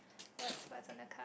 what's what's on the card